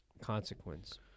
consequence